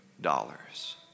dollars